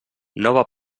nova